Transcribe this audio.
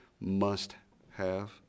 must-have